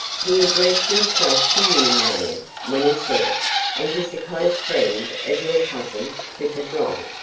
he addressed himself to you, marion, when he said it and he's a close friend of your cousin, clifford long.